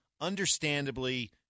understandably